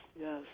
yes